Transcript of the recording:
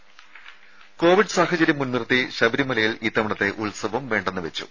രേര കോവിഡ് സാഹചര്യം മുൻനിർത്തി ശബരിമലയിൽ ഇത്തവണത്തെ ഉത്സവം വേണ്ടെന്നു വെച്ചു